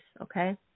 okay